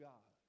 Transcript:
God